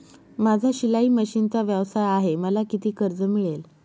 माझा शिलाई मशिनचा व्यवसाय आहे मला किती कर्ज मिळेल?